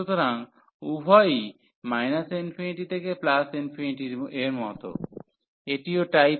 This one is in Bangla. সুতরাং উভয়ই ∞ থেকে এর মতো এটিও টাইপ 1 ইন্টিগ্রাল